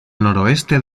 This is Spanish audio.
noreste